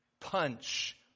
punch